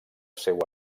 seu